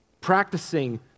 practicing